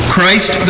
Christ